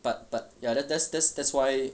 but but ya that's that's that's why